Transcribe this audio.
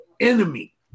enemy